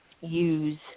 use